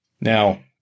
Now